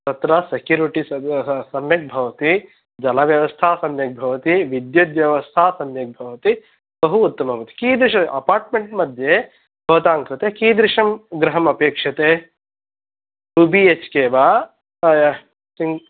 तत्र सेक्युरिटिस् सम्यक् भवति जलव्यवस्था सम्यक् भवति विद्युत् व्यवस्था सम्यक् भवति बहु उत्तमं कीदृश अपार्ट्मेन्ट् मध्ये भवतां कृते कीदृशं गृहम् अपेक्षते टु बि हेच् के वा किं